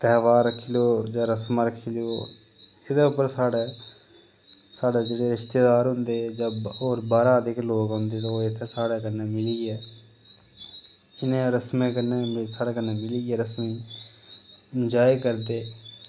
तेहार रक्खी लैओ जां रस्मां रक्खी लैओ एह्दे पर साढ़े साढ़े जेह्ड़े रिश्तेदार होंदे जां होर बाहरै दा जेह्के लोक औंदे ते इत्थै साढ़े कन्नै मिलियै इनें रस्में कन्नै साढ़े कन्नै मिलियै रस्में गी एंजॉय करदे